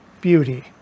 beauty